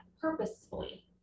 purposefully